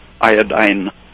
iodine